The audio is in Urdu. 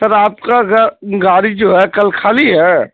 سر آپ گا گاڑی جو ہے کل خالی ہے